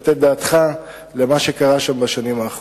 לתת את דעתך למה שקרה שם בשנים האחרונות.